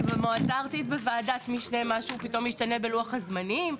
כי במועצה הארצית בוועדת משנה משהו פתאום ישתנה בלוח הזמנים.